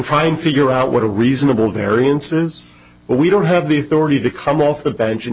and figure out what a reasonable variances we don't have the authority to come off the bench and